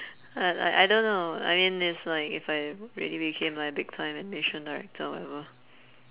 I I I don't know I mean it's like if I really became like big time animation director whatever